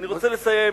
אני רוצה לסיים,